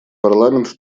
парламент